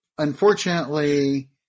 Unfortunately